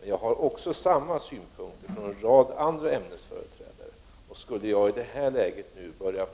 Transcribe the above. Men jag har också fått samma synpunkter från en rad andra ämnesföreträdare. Skulle jag i det här läget, medan